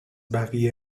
بقیه